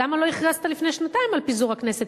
למה לא הכרזת לפני שנתיים על פיזור הכנסת?